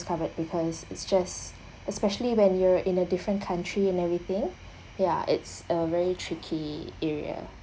covered because it's just especially when you're in a different country and everything ya it's a very tricky area